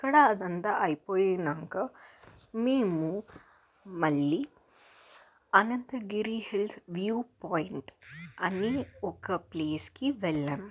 అక్కడ అదంతా అయిపోయినాక మేము మళ్ళీ అనంతగిరి హిల్స్ వ్యూ పాయింట్ అని ఒక ప్లేస్కి వెళ్ళాం